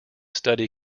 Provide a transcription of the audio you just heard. study